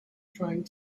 trying